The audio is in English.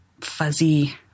fuzzy